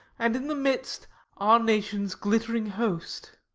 and in the midst our nation's glittering host,